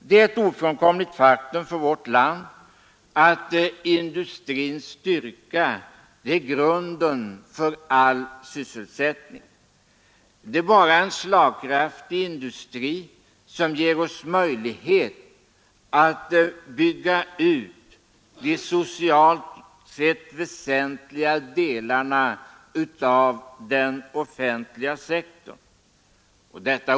Det är ett ofrånkomligt faktum för vårt land att industrins styrka är grunden för all sysselsättning. Det är bara en slagkraftig industri som ger oss möjlighet att bygga ut de socialt sett väsentliga delarna av den offentliga sektorn.